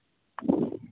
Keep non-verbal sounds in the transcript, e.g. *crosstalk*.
*unintelligible*